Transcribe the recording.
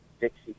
Dixie